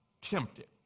tempted